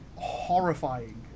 Horrifying